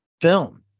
film